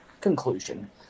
conclusion